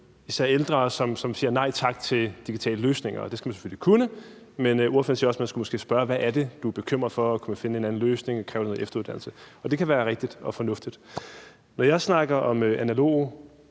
især ældre, som siger nej tak til digitale løsninger – og det skal man selvfølgelig kunne – men ordføreren siger også, at man måske skal spørge, hvad det er, de er bekymret for, og om man kan finde en anden løsning, der kræver noget efteruddannelse. Det kan være rigtigt og fornuftigt. Når jeg snakker om analoge